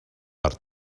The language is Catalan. per